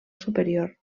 superior